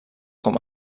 com